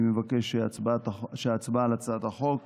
אני מבקש שההצבעה על הצעת החוק